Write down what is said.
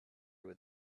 with